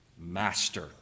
Master